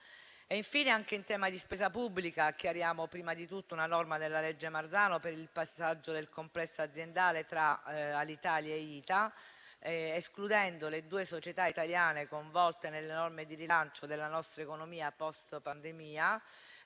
Infine, anche in tema di spesa pubblica, chiariamo prima di tutto una norma della legge Marzano per il passaggio del complesso aziendale tra Alitalia e ITA, escludendo le due società italiane, coinvolte nelle norme di rilancio della nostra economia *post* pandemia,